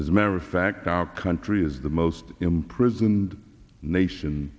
as a matter of fact our country is the most imprisoned nation